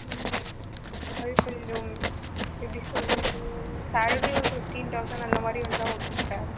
இல்லை அது கொஞ்சம் எப்படி சொல்கிறது சேலரியே ஃபிஃப்டின் தவுசண் அந்தமாதிரி வந்தால் ஓகே சார்